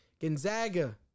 Gonzaga